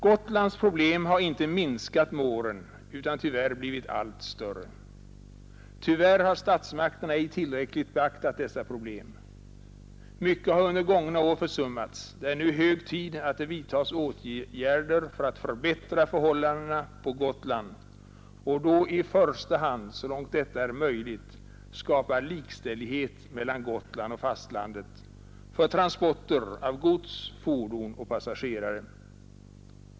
Gotlands problem har inte minskat med åren utan tvärtom blivit allt större. Tyvärr har statsmakterna ej tillräckligt beaktat dessa problem. Mycket har under gångna år försummats; det är nu hög tid att det vidtas åtgärder för att förbättra förhållandena på Gotland och då i första hand för att så långt det är möjligt skapa likställighet mellan Gotland och fastlandet för transporter av gods, fordon och passagerare.